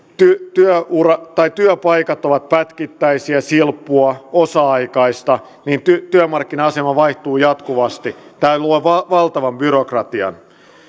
työpaikat ovat pätkittäisiä silppua osa aikaista ja joiden työmarkkina asema vaihtuu jatkuvasti tämä luo valtavan byrokratian